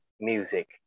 music